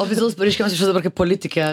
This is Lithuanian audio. oficialus pareiškimas dabar kaip politikė